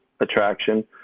attraction